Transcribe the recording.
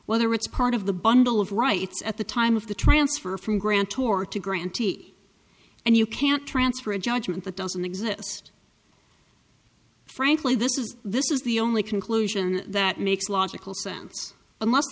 whether it's part of the bundle of rights at the time of the transfer from grand tour to grantee and you can't transfer a judgement that doesn't exist frankly this is this is the only conclusion that makes logical